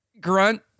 grunt